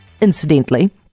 incidentally